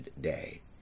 day